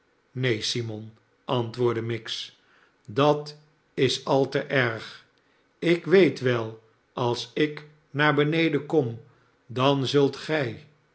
neen simon antv oordde miggs dat is al te erg ik weet wel als ik naar beneden kom dan zult gij